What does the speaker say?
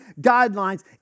guidelines